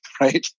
Right